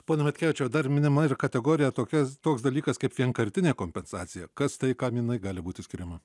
pone matkevičiau dar minima ir kategorija tokias toks dalykas kaip vienkartinė kompensacija kas tai kam jinai gali būti skiriama